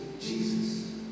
Jesus